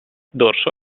dorso